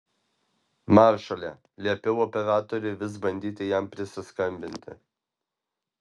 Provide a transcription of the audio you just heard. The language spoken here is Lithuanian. maršale liepiau operatoriui vis bandyti jam prisiskambinti